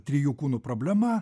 trijų kūnų problema